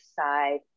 side